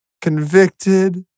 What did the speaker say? convicted